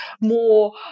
more